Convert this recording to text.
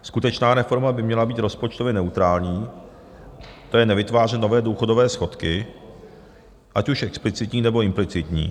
Skutečná reforma by měla být rozpočtově neutrální, to je nevytvářet nové důchodové schodky, ať už explicitní, nebo implicitní.